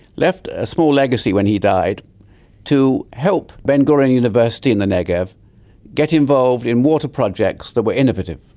left a small legacy when he died to help ben-gurion university in the negev get involved in water projects that were innovative.